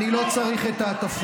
אני לא צריך את ההטפות.